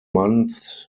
months